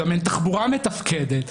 גם אין תחבורה מתפקדת.